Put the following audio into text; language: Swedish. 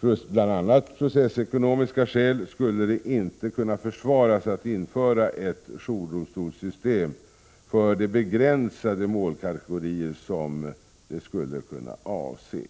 bl.a. processekonomiska skäl skulle det inte kunna försvaras att införa ett jourdomstolssystem för de begränsade målkategorier som det skulle kunna avse.